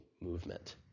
movement